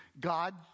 God